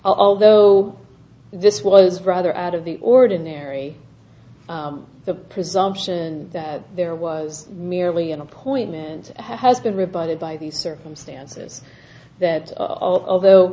although this was rather out of the ordinary the presumption that there was merely an appointment has been rebutted by the circumstances that of although